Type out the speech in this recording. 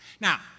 Now